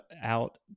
out